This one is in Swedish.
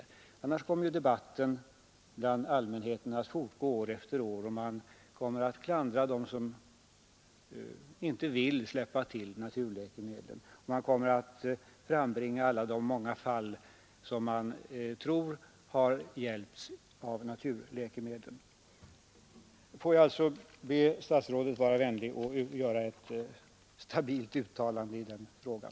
Annars kommer debatten ute bland allmänheten att fortgå år efter år. Man kommer då att klandra dem som inte vill släppa fram naturläkemedlen och hänvisa till alla de fall där man tror att vederbörande har blivit hjälpta av naturläkemedlen. Får jag alltså be statsrådet vara vänlig att göra ett auktoritativt uttalande i den frågan.